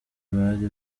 bari